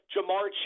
Jamar